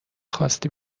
خاستی